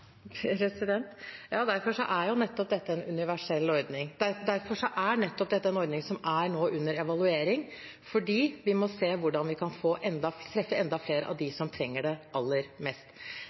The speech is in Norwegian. Ja, derfor er jo dette nettopp en universell ordning. Derfor er dette nettopp en ordning som nå er under evaluering, fordi vi må se hvordan vi kan treffe enda flere av dem som trenger det aller mest.